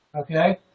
okay